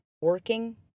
working